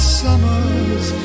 summers